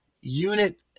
unit